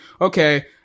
okay